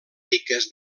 piques